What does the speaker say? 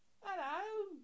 hello